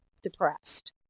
depressed